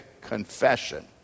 confession